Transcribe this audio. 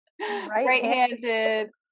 right-handed